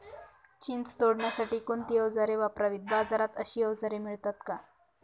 चिंच तोडण्यासाठी कोणती औजारे वापरावीत? बाजारात अशी औजारे मिळतात का?